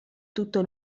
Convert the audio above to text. tutto